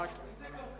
ממש לא.